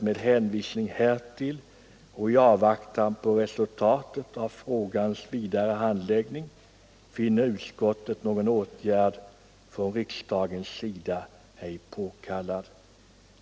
I avvaktan på frågans vidare handläggning finner utskottet någon åtgärd från riksdagens sida ej påkallad.